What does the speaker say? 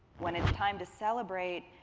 when it's time to celebrate,